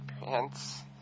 pants